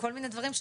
כל מיני דברים,